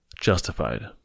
justified